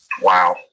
Wow